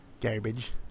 Garbage